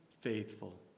Faithful